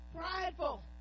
Prideful